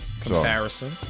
comparison